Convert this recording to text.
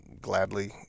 gladly